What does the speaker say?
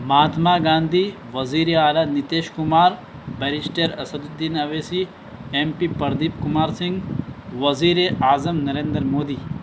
مہاتما گاندھی وزیرِ اعلی Nitish Kumar barrister Asaduddin Owaisi M P Pradeep Kumar Singh وزیر اعظم نریندر مودی